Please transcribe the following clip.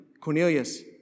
Cornelius